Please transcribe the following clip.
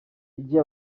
igihe